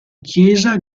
chiesa